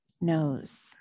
knows